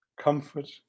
Comfort